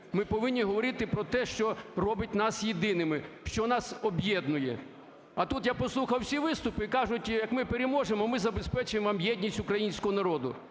Ми повинні говорити про те, що робить нас єдиними, що нас об'єднує. А тут я послухав всі виступи і кажуть, як ми переможемо, так ми забезпечимо вам єдність українського народу.